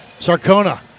Sarcona